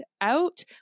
out